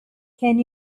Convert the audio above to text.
can